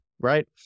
Right